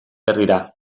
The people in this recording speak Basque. herrira